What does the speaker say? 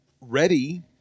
ready